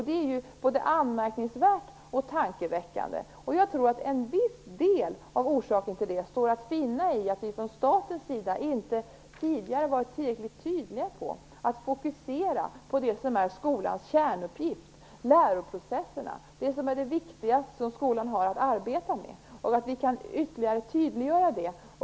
Det är ju både anmärkningsvärt och tankeväckande. Jag tror att en viss del av orsaken till det står att finna i att vi från statens sida inte tidigare varit tillräckligt tydliga i fråga om att fokusera på det som är skolans kärnuppgift, nämligen läroprocesserna, det som är det viktigaste som skolan har att arbeta med. Vi kan ytterligare tydliggöra det.